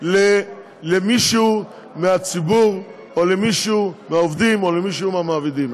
למישהו מהציבור או למישהו מעובדים או למישהו מהמעבידים.